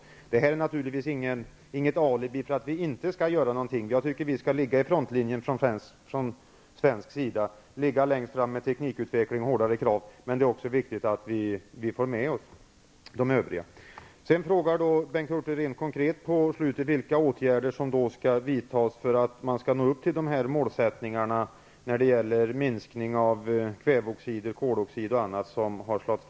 Men detta kan vi naturligtvis inte använda som alibi för att inte göra någonting. Jag tycker att vi skall ligga vid frontlinjen, ligga längst fram när det gäller teknikutveckling och hårdare krav, men det är också viktigt att vi får med oss de övriga länderna. Bengt Hurtig frågade vilka konkreta åtgärder som skall vidtas för att man skall nå upp till de fastlagda målen om minskning av kväveoxidutsläpp, koldioxidutsläpp och annat.